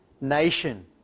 nation